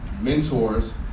mentors